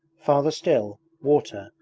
farther still, water,